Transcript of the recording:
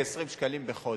כ-20 שקלים בחודש.